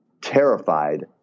terrified